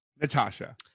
natasha